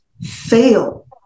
fail